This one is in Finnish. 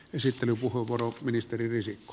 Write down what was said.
arvoisa herra puhemies